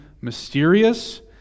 mysterious